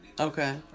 Okay